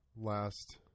last